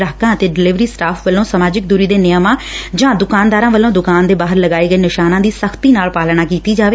ਗੁਾਹਕਾਂ ਅਤੇ delivery staff ਵੱਲੋ ਸਮਾਜਿਕ ਦੁਰੀ ਦੇ ਨਿਯਮਾਂ ਜਾਂ ਦੁਕਾਨਦਾਰ ਵੱਲੋ ਦੁਕਾਨ ਦੇ ਬਾਹਰ ਲਗਾਏ ਨਿਸ਼ਾਨਾ ਦੀ ਸਖਤੀ ਨਾਲ ਪਾਲਣਾ ਕੀਤੀ ਜਾਵੇ